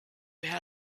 how